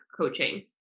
coaching